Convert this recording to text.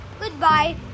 goodbye